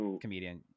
comedian